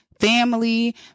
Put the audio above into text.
family